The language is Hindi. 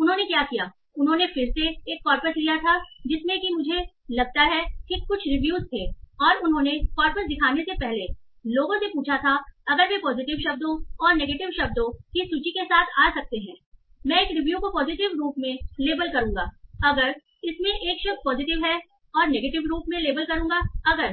तो उन्होंने क्या किया उन्होंने फिर से एक कॉरपस लिया था जिसमें कि मुझे लगता है कि कुछ रिव्यूज थे और उन्होंने कॉरपस दिखाने से पहले लोगों से पूछा था अगर वे पॉजिटिव शब्दों और नेगेटिव शब्दों की सूची के साथ आ सकते हैं और मैं एक रिव्यू को पॉजिटिव रूप में लेबल करूंगा अगर इसमें एक शब्द पॉजिटिव है और नेगेटिव रूप में लेबल करूंगा अगर